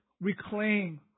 reclaim